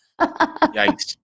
Yikes